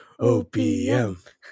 OPM